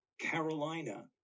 Carolina